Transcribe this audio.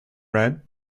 read